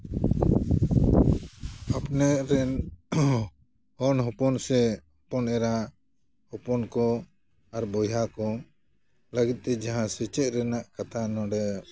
ᱟᱯᱱᱮᱜ ᱨᱮᱱ ᱦᱚᱱ ᱦᱚᱯᱚᱱ ᱥᱮ ᱦᱚᱯᱚᱱ ᱮᱨᱟ ᱦᱚᱯᱚᱱ ᱠᱚ ᱟᱨ ᱵᱚᱭᱦᱟ ᱠᱚ ᱞᱟᱹᱜᱤᱫᱛᱮ ᱡᱟᱦᱟᱸ ᱥᱮᱪᱮᱫ ᱨᱮᱱᱟᱜ ᱠᱟᱛᱷᱟ ᱱᱚᱸᱰᱮ